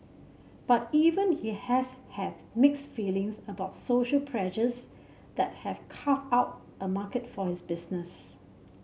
but even he has has mixed feelings about social pressures that have carved out a market for his business